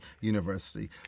University